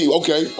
okay